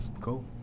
cool